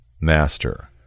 master